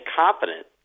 confident